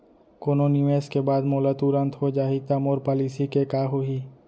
कोनो निवेश के बाद मोला तुरंत हो जाही ता मोर पॉलिसी के का होही?